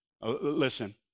Listen